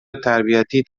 تربیتی